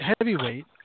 heavyweight